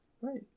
Right